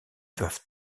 doivent